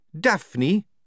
Daphne